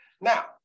Now